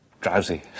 drowsy